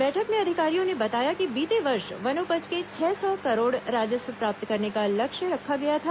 बैठक में अधिकारियों ने बताया कि बीते वर्ष वनोपज से छह सौ करोड़ राजस्व प्राप्त करने का लक्ष्य रखा गया था